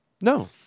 No